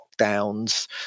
lockdowns